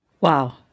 Wow